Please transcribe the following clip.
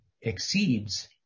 exceeds